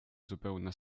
zupełna